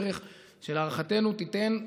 שלהערכתנו תיתן,